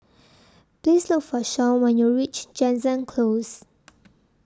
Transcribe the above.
Please Look For Sean when YOU REACH Jansen Close